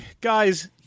guys